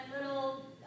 little